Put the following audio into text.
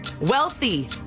Wealthy